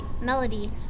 melody